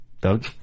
Doug